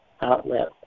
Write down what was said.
outlet